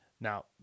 Now